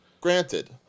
Granted